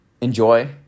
enjoy